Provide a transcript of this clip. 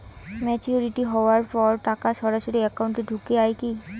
Maturity হওয়ার পর টাকা সরাসরি একাউন্ট এ ঢুকে য়ায় কি?